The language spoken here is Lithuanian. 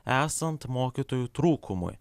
esant mokytojų trūkumui